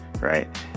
right